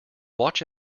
watch